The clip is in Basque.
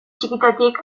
txikitatik